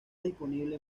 disponible